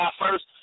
first